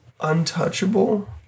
untouchable